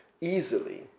easily